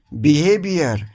behavior